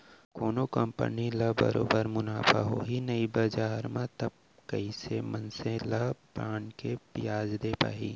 कोनो कंपनी ल बरोबर मुनाफा होही नइ बजार म तब कइसे मनसे मन ल बांड के बियाज दे पाही